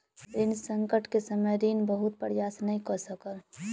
ऋण संकट के समय ऋणी बहुत प्रयास नै कय सकल